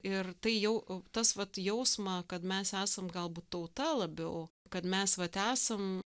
ir tai jau tas vat jausmą kad mes esam galbūt tauta labiau kad mes vat esam